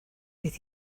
bydd